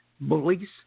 bullies